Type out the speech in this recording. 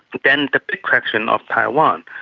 then the big question of taiwan.